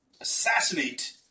assassinate